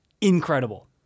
Incredible